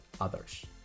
others